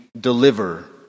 deliver